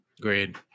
Great